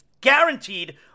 Guaranteed